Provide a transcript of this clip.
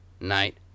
Night